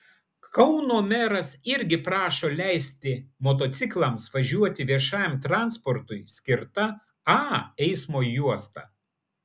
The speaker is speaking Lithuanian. kauno meras irgi prašo leisti motociklams važiuoti viešajam transportui skirta a eismo juosta